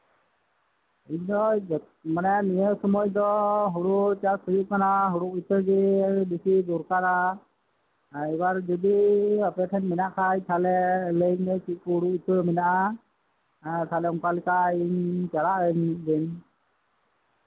ᱢᱟᱱᱮ ᱱᱤᱭᱟᱹ ᱥᱚᱢᱚᱭ ᱫᱚ ᱦᱩᱲᱩ ᱪᱟᱥ ᱦᱩᱭᱩᱜ ᱠᱟᱱᱟ ᱦᱩᱲᱩ ᱤᱛᱟᱹ ᱜᱮ ᱵᱮᱥᱤ ᱫᱚᱨᱠᱟᱨᱟ ᱡᱚᱫᱤ ᱟᱯᱮ ᱴᱷᱮᱱ ᱢᱮᱱᱟᱜ ᱠᱷᱟᱡ ᱤᱢᱟᱹᱧ ᱢᱮ ᱠᱤᱪᱷᱩ ᱛᱩᱲᱤ ᱤᱛᱟᱹ ᱢᱮᱱᱟᱜ ᱚᱱᱠᱟ ᱠᱷᱟᱱ ᱪᱟᱞᱟᱜ ᱟᱹᱧ ᱢᱤᱫ ᱫᱤᱱ